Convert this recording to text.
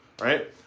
right